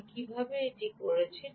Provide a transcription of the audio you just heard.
আমি কীভাবে এটি করেছি